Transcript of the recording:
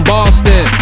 Boston